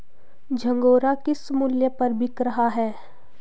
झंगोरा किस मूल्य पर बिक रहा है?